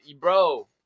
Bro